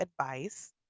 Advice